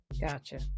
Gotcha